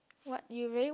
what you really what